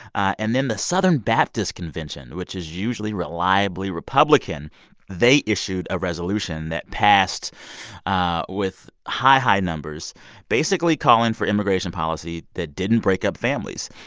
and then the southern baptist convention, which is usually reliably republican they issued a resolution that passed ah with high, high numbers basically calling for immigration policy that didn't break up families.